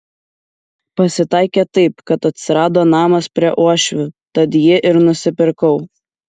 pasitaikė taip kad atsirado namas prie uošvių tad jį ir nusipirkau